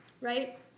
right